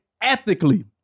ethically